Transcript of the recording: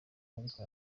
ariko